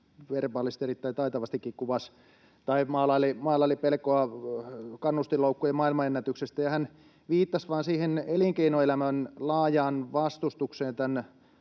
verbaalisesti, erittäin taitavastikin, maalaili pelkoa kannustinloukkujen maailmanennätyksestä, ja hän viittasi vain siihen elinkeinoelämän laajaan vastustukseen